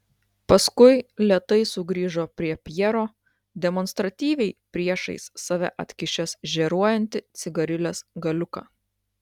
paskui lėtai sugrįžo prie pjero demonstratyviai priešais save atkišęs žėruojantį cigarilės galiuką